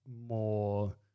more